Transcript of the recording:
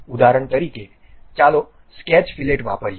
ઉદાહરણ તરીકે ચાલો સ્કેચ ફીલેટ વાપરીએ